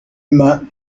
mains